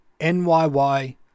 NYY